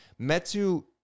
Metu